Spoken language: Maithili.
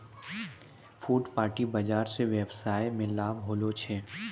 फुटपाटी बाजार स वेवसाय मे लाभ होलो छै